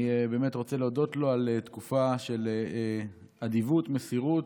אני באמת רוצה להודות לו על תקופה של אדיבות ומסירות,